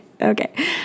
Okay